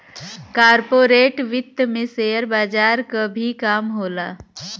corporate वित्त में share बजार क भी काम होला